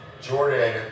Jordan